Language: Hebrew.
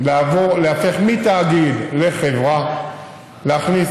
איפה תוכנית